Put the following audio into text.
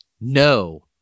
no